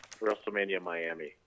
WrestleMania-Miami